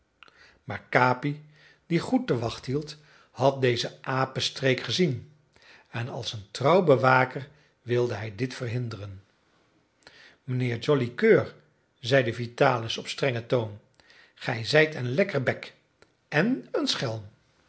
maar capi die goed de wacht hield had deze apenstreek gezien en als een trouw bewaker wilde hij dit verhinderen mijnheer joli coeur zeide vitalis op strengen toon gij zijt een lekkerbek en een schelm